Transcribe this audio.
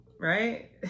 right